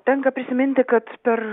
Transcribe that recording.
tenka prisiminti kad per